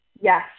Yes